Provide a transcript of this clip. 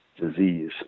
disease